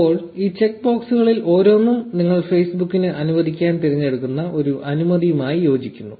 ഇപ്പോൾ ഈ ചെക്ക് ബോക്സുകളിൽ ഓരോന്നും നിങ്ങൾ Facebook ന് അനുവദിക്കാൻ തിരഞ്ഞെടുക്കുന്ന ഒരു അനുമതിയുമായി യോജിക്കുന്നു